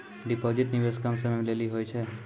Deposit निवेश कम समय के लेली होय छै?